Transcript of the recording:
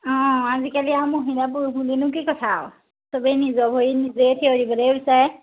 অঁ আজিকালি আৰু মহিলা পুৰুষ বুলিনো কি কথা আৰু চবেই নিজৰ ভৰিত নিজেই থিয় দিবলেই বিচাৰে